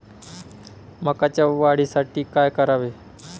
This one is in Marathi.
मकाच्या वाढीसाठी काय करावे?